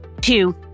Two